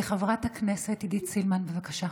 חברת הכנסת עידית סילמן, בבקשה.